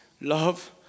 love